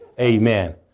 Amen